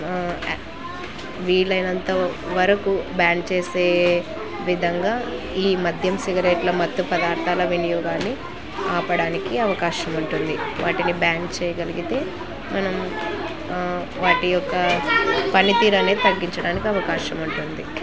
వీలైనంత వరకు బ్యాన్ చేసే విధంగా ఈ మధ్యం సిగరేట్ల మత్తు పదార్థాల వినియోగాన్ని ఆపడానికి అవకాశం ఉంటుంది వాటిని బ్యాన్ చేయగలిగితే మనం వాటి యొక్క పనితీరు అనేది తగ్గించడానికి అవకాశం ఉంటుంది